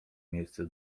miejsce